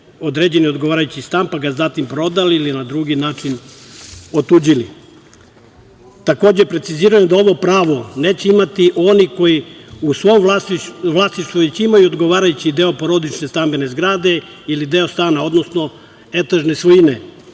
određeni odgovarajući stan, pa ga zatim prodali ili na drugi način otuđili. Takođe, precizirano je da ovo pravo neće imati oni koji u svom vlasništvu već imaju odgovarajući deo porodične stambene zgrade ili deo stana, odnosno etažne svojine,